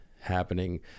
happening